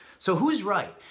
so who is right?